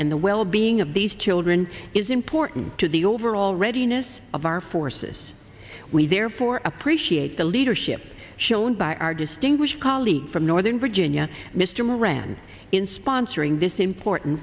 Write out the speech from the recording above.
and the well being of these children is important to the overall readiness of our forces we therefore appreciate the leadership shown by our distinguished colleague from northern virginia mr moran in sponsoring this important